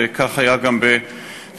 וכך היה גם בתפילה,